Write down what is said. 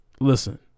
listen